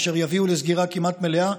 מה שיביא לסגירה כמעט מלאה,